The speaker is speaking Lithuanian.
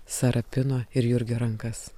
sarapino ir jurgio rankas